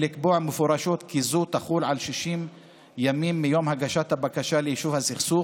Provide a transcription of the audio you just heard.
לקבוע מפורשות כי זו תחול 60 ימים מיום הגשת הבקשה ליישוב סכסוך,